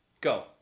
go